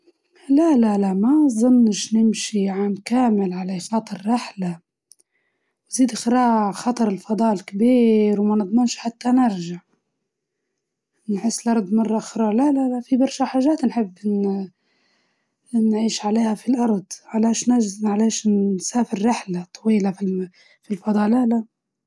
لا ما نظني نمشي عام كامل على خاطر رحلة، وبزيادة الفضاء خطير وما نضمن إني نرجع، نحس الأرض فيها حاجات واجد، ما زال نبي نعيش فيها.